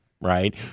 Right